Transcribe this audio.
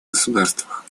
государствах